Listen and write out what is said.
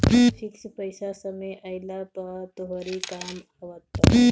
fix पईसा समय आईला पअ तोहरी कामे आवत बाटे